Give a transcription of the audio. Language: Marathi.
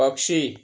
पक्षी